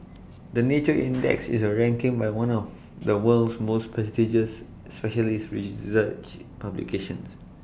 the nature index is A ranking by one of the world's most prestigious specialist research publications